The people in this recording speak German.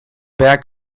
berg